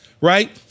Right